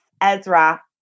ezra